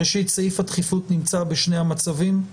ראשית, סעיף הדחיפות נמצא בשני המצבים.